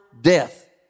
death